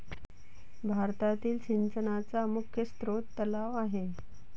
भारतातील सिंचनाचा मुख्य स्रोत तलाव आहे